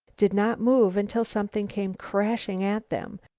did not move until something came crashing at them,